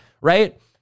right